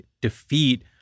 defeat